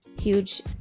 huge